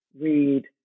read